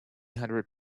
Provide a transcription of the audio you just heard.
hundred